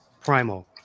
primal